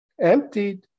emptied